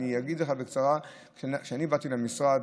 אני אגיד לך בקצרה: כשאני באתי למשרד,